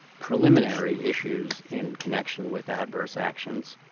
preliminary issues in connection with adverse actions.